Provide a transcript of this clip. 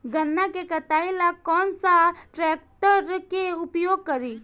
गन्ना के कटाई ला कौन सा ट्रैकटर के उपयोग करी?